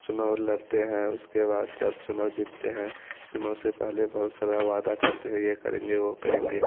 चुनाव लड़ते हैं उसके बाद जब चुनाव जीतते हैं चुनाव से पहले बहुत सारा वादा करते हैं यह करेंगे वह करेंगे